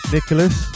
Nicholas